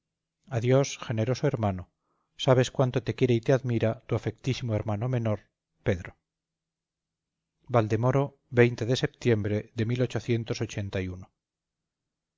adiós generoso hermano sabes cuánto te quiere y te admira tu afectísimo hermano menor pedro valdemoro de septiembre de